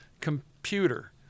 computer